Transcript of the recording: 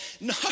No